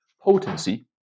potency